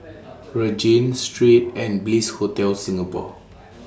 Regent Street and Bliss Hotel Singapore